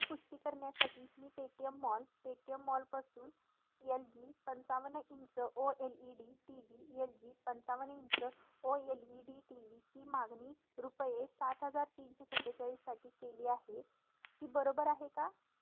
पुष्टी करण्यासाठी मी Paytm mall Paytm मॉलपासून येल जी पंचावन्न inch O L E D T V L G पंचावन inch O L E D T V ची मागणी रुपये सात हजार तीनशे सत्तेचाळीससाठी केली आहे ती बरोबर आहे का